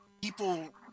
people